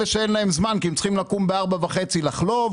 אלה שאין להם זמן כי הם צריכים לקום בארבע וחצי לחלוב,